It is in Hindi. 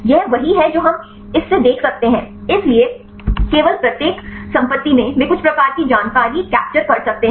यह वही है जो हम इस से देख सकते हैं इसलिए केवल प्रत्येक संपत्ति में वे कुछ प्रकार की जानकारी कैप्चर कर सकते हैं